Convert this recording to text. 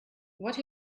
what